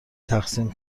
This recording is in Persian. تقسیم